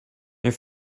you